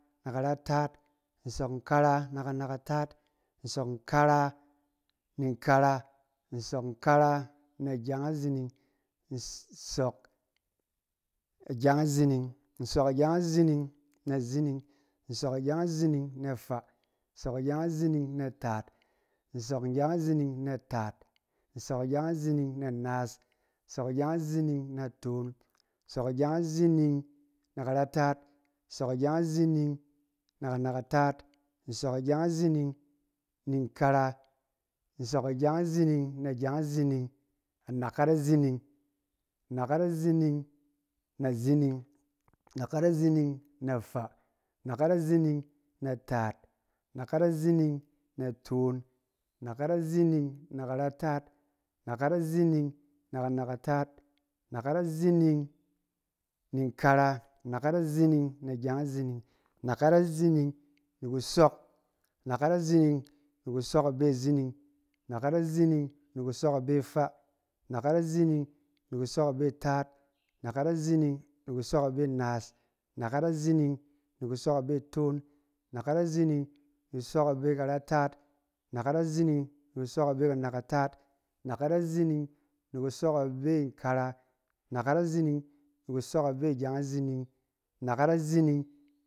Na karataat, nsɔk nkara na kanakataat, nsɔk nkara ni nkara, nsɔk nkara na gyeng azining, nsɔk- agyeng azining, nsɔk agyeng azining na zining, nsɔk agyeng azining na faa, nsɔk agyeng azining na taat, nsɔk agyeng azining na taat, nsɔk agyeng azining na naas, nsɔk agyeng azining na toon, nsɔk agyeng azining na karataat, nsɔk agyeng azining na kanakataat, nsɔk agyeng azining ni nkara, nsɔk agyeng azining na gyeng azining, anakat azining, anakat azining na zining, anakat azining na faa, anakat azining na taat, anakat azining na toon, anakat azining na karataat, anakat azining na kanakataat, anakat azining ni nkara, anakat azining na gyeng azining, anakat azining ni kusɔk, anakat azining ni kusɔk abe zining, anakat azining ni kusɔk abe faa, anakat azining ni kusɔk abe taat, anakat azining ni kusɔk abe naas, anakat azining ni kusɔk abe toon, anakat azining ni kusɔk abe karataat, anakat azining ni kusɔk abe kanakataat, anakat azining ni kusɔk abe nkara, anakat azining ni kusɔk abe gyeng azining, anakat azining